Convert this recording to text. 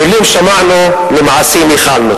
מלים שמענו, למעשים ייחלנו.